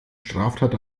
straftat